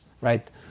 right